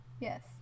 Yes